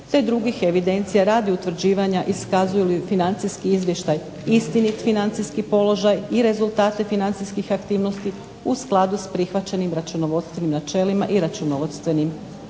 te drugih evidencija radi utvrđivanja iskazuju li financijski izvještaj istinit financijski položaj i rezultate financijskih aktivnosti u skladu s prihvaćenim računovodstvenim načelima i računovodstvenim